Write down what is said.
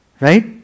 right